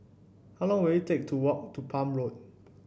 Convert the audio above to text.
how long will it take to walk to Palm Road